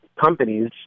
companies